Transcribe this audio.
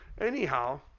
anyhow